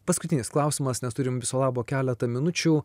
paskutinis klausimas nes turim viso labo keletą minučių